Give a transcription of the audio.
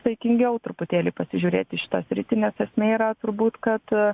saikingiau truputėlį pasižiūrėt į šitą sritį nes esmė yra turbūt kad